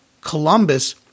Columbus